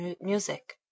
music